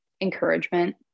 encouragement